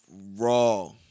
raw